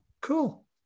Cool